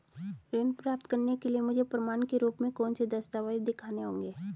ऋण प्राप्त करने के लिए मुझे प्रमाण के रूप में कौन से दस्तावेज़ दिखाने होंगे?